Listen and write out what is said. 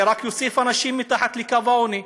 זה רק יוסיף אנשים מתחת לקו העוני.